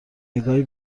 نگاهی